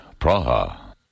Praha